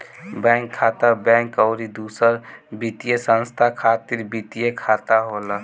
bank खाता, bank अउरी दूसर वित्तीय संस्था खातिर वित्तीय खाता होला